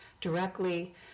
directly